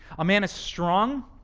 a man is strong,